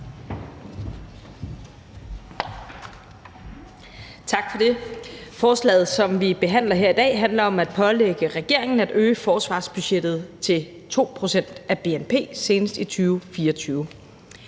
Tak for det. Forslaget, som vi behandler her i dag, handler om at pålægge regeringen at øge forsvarsbudgettet til 2 pct. af bnp senest i 2024.